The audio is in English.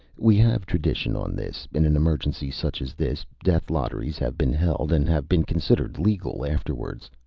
we have tradition on this in an emergency such as this, death lotteries have been held, and have been considered legal afterwards.